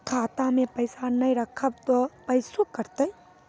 खाता मे पैसा ने रखब ते पैसों कटते?